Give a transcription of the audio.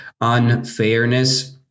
unfairness